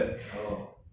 oh